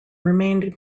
remained